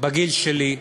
בגיל שלי,